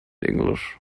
english